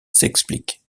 s’explique